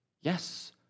Yes